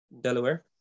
Delaware